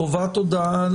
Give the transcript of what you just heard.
חובת הודעה